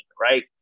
right